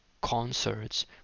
concerts